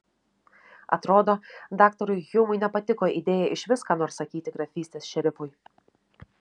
atrodo daktarui hjumui nepatiko idėja išvis ką nors sakyti grafystės šerifui